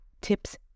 tips